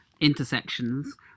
intersections